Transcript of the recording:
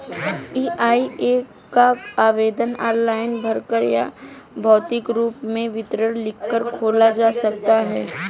EIA का आवेदन online भरकर या भौतिक रूप में विवरण लिखकर खोला जा सकता है